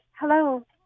hello